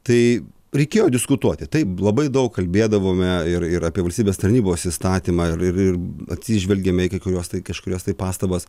tai reikėjo diskutuoti taip labai daug kalbėdavome ir ir apie valstybės tarnybos įstatymą ir ir atsižvelgiame į kai kuriuos tai kažkurias tai pastabas